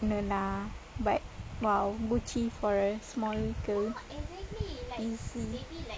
no lah but !wow! Gucci for a small girl crazy